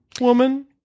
woman